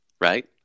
right